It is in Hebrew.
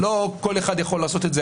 זה לא כל אחד יכול לעשות את זה,